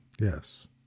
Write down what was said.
Yes